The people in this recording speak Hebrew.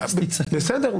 בסדר.